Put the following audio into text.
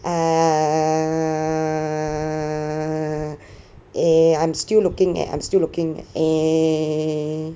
err eh I'm still looking eh I'm still looking eh eh